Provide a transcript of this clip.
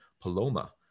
Paloma